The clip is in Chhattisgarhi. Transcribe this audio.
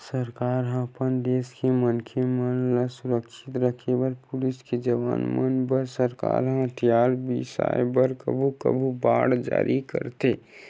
सरकार ह अपन देस के मनखे मन ल सुरक्छित रखे बर पुलिस के जवान मन बर सरकार ह हथियार बिसाय बर कभू कभू बांड जारी करथे